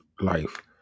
life